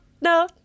no